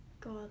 God